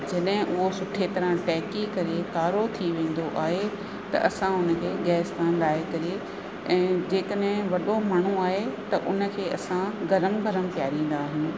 जॾहिं उहो सुठे तरह सां टहकी करे कारो थी वेंदो आहे त असां उन खे गैस खां लाहे करे ऐं जेकॾहिं वॾो माण्हू आहे त उन खे असां गरम गरम पीआरींदा आहियूं